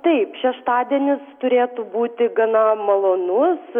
taip šeštadienis turėtų būti gana malonus